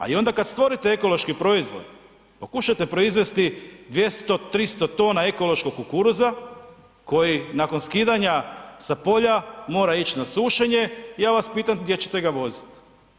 A i onda kad stvorite ekološki proizvod, pokušajte proizvesti 200, 300 tona ekološkog kukuruza, koji nakon skidanja sa polja moram ići na sušenje, ja vas pitam gdje ćete ga voziti?